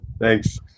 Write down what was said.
thanks